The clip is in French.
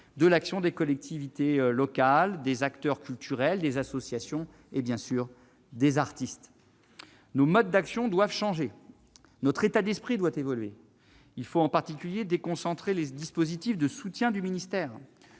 à l'action des collectivités locales, des acteurs culturels, des associations et, bien sûr, des artistes. Nos modes d'action doivent changer. Notre état d'esprit doit évoluer. En particulier, il faut déconcentrer les dispositifs de soutien déployés